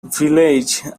village